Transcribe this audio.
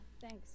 Thanks